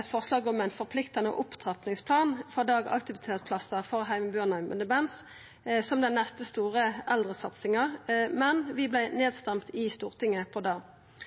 eit forslag om ein forpliktande opptrappingsplan for dagaktivitetsplassar for heimebuande med demens som den neste store eldresatsinga, men vi vart røysta ned i Stortinget når det